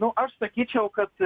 nu aš sakyčiau kad